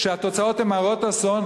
התוצאות הן הרות אסון,